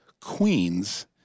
Queens